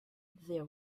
there